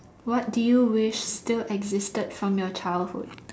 what do you wish still existed from your childhood